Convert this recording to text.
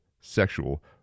sexual